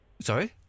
Sorry